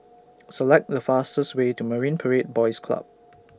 Select The fastest Way to Marine Parade Boys Club